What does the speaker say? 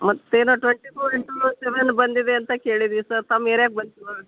ಮತ್ತೇನೋ twenty four into seven ಬಂದಿದೆ ಅಂತ ಕೇಳಿದ್ವಿ ಸರ್ ತಮ್ಮ ಏರ್ಯಾಗೆ ಬಂದಿಲ್ಲವಾ